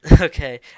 Okay